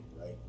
right